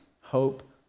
hope